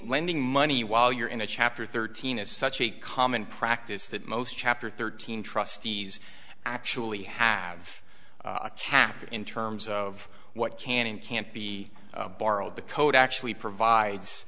lending money while you're in a chapter thirteen is such a common practice that most chapter thirteen trustees actually have a cap in terms of what can and can't be borrowed the code actually